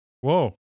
Whoa